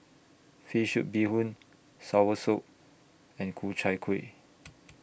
Fish Soup Bee Hoon Soursop and Ku Chai Kuih